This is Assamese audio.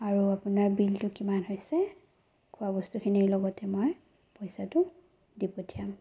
আৰু আপোনাৰ বিলটো কিমান হৈছে খোৱা বস্তুখিনিৰ লগতে মই পইচাটো দি পঠিয়াম